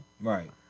Right